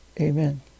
amen